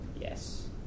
yes